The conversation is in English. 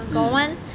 mm